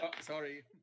Sorry